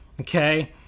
Okay